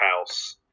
house